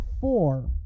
four